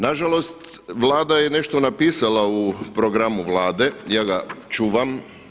Nažalost, Vlada je nešto napisala u programu Vlade, ja ga čuvam.